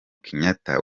kenyatta